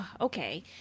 okay